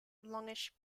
longish